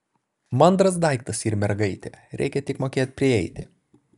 mandras daiktas yr mergaitė reikia tik mokėt prieiti